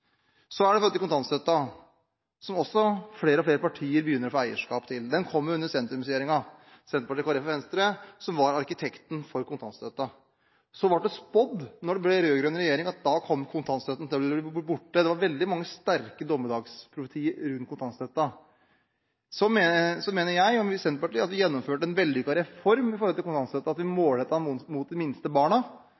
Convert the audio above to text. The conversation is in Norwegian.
Så er det kontantstøtten, som også flere og flere partier begynner å få eierskap til. Den kom under sentrumsregjeringen – Senterpartiet, Kristelig Folkeparti og Venstre – som var arkitekten for kontantstøtten. Da det ble rød-grønn regjering, ble det spådd at da kom kontantstøtten til å bli borte – det var veldig mange sterke dommedagsprofetier rundt kontantstøtten. Jeg og Senterpartiet mener at vi gjennomførte en vellykket reform når det gjaldt kontantstøtten, at vi